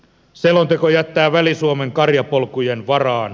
selonteko jättää väli suomen karjapolkujen varaan